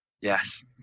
Yes